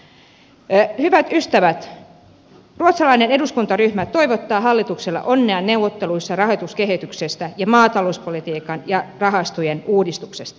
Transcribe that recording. hyvät ystävät ruotsalainen eduskuntaryhmä toivottaa hallitukselle onnea neuvotteluissa rahoituskehityksestä ja maatalouspolitiikan ja rahastojen uudistuksesta